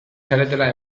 zaretela